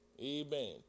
Amen